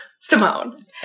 Simone